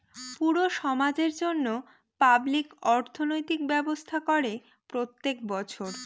পুরো সমাজের জন্য পাবলিক অর্থনৈতিক ব্যবস্থা করে প্রত্যেক বছর